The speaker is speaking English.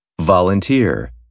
Volunteer